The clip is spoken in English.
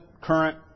current